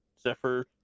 Zephyr